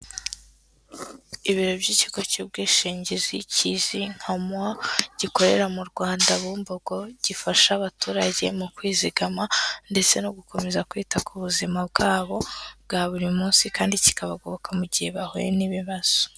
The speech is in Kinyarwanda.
Ibiro by'ikigo cy'ubwishingizi kizwi nka MUA, gikorera mu Rwanda Bumbogo, gifasha abaturage mu kwizigama ndetse no gukomeza kwita ku buzima bwabo bwa buri munsi kandi kikabagoboka mu gihe bahuye n'ibibazo.